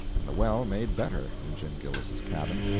and the well made better, in jim gillis's cabin.